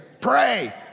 Pray